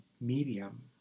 medium